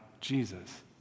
Jesus